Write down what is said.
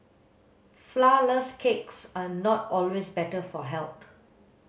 flourless cakes are not always better for health